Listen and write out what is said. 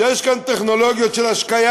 כשיש כאן טכנולוגיות של השקיה,